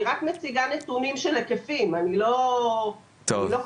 אני מציגה נתונים של היקפים, מפעל